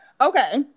Okay